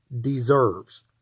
deserves